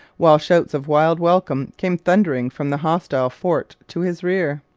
while shouts of wild welcome came thundering from the hostile fort to his rear.